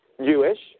Jewish